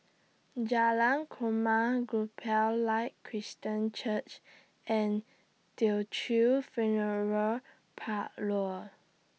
Jalan Korma Gospel Light Christian Church and Teochew Funeral Parlour